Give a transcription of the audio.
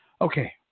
okay